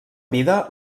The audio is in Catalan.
vida